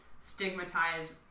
stigmatize